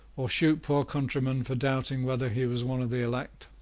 or shoot poor countrymen for doubting whether he was one of the elect.